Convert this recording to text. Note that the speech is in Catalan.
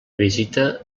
visita